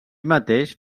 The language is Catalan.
mateix